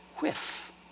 whiff